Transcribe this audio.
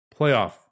playoff